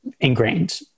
ingrained